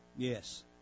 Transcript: Yes